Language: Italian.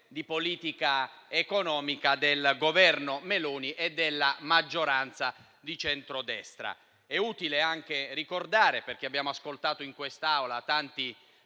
di politica economica del Governo Meloni e della maggioranza di centrodestra. È utile anche ricordare, visto che abbiamo ascoltato in quest'Aula tanti